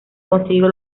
conseguido